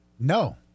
No